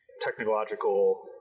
technological